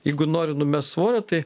jeigu nori numest svorio tai